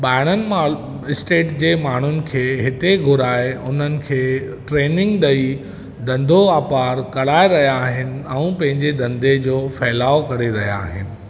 ॿाहिरां स्टेट जे माण्हुनि खे हिते घुराए उन्हनि खे ट्रेनिंग ॾेई धंधो वापार कराए रहियां आहिनि ऐं पंहिंजे धंधे जो फैलाउ करे रहियां आहिनि